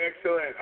Excellent